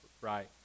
right